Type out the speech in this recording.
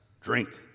Drink